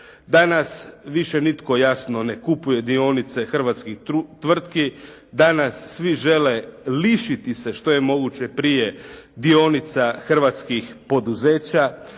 Danas više nitko jasno ne kupuje dionice hrvatskih tvrtki. Danas svi žele lišiti se što je moguće prije dionica hrvatskih poduzeća.